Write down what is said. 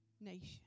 nation